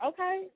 Okay